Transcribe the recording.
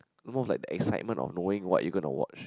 more of like the excitement of knowing what you are gonna watch